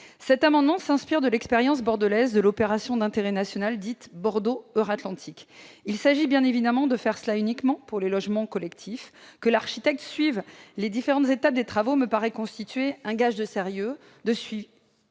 Cet amendement s'inspire de l'expérience bordelaise de l'opération d'intérêt national Bordeaux-Euratlantique et ne vise, bien évidemment, que les logements collectifs. Le fait que l'architecte suive les différentes étapes des travaux me paraît constituer un gage de sérieux, et